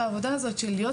בעבודה הזאת שלי,